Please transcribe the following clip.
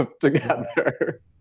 together